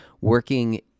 working